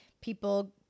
People